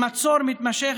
מצור מתמשך,